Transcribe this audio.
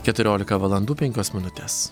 keturiolika valandų penkios minutės